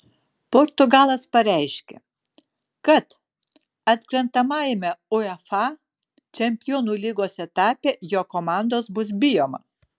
portugalas pareiškė kad atkrentamajame uefa čempionų lygos etape jo komandos bus bijoma